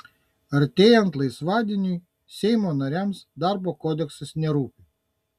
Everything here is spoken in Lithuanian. artėjant laisvadieniui seimo nariams darbo kodeksas nerūpi